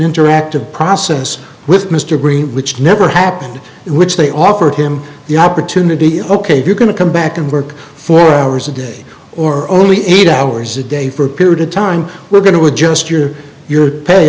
interactive process with mr breen which never happened in which they offered him the opportunity of ok if you're going to come back and work four hours a day or only eight hours a day for a period of time we're going to adjust your your pay